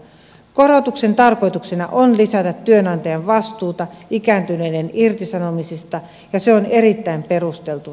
korotuksen tarkoituksena on lisätä työnantajan vastuuta ikääntyneiden irtisanomisista ja se on erittäin perusteltu